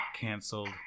canceled